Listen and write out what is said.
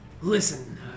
Listen